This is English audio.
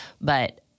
but-